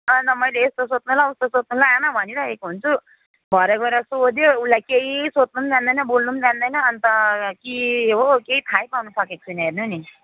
अन्त मैले यस्तो सोध्नु ल उस्तो सोध्नु ल आमा भनिरहेको हुन्छु भरे गएर सोध्यो उसलाई केही सोध्नु पनि जान्दैन बोल्नु पनि जान्दैन अन्त यहाँ के हो हो केही थाहै पाउनसकेको छुइनँ हेर्नु नि